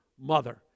mother